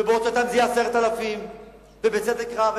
ובעוד שנתיים זה יהיה 10,000. בצדק רב,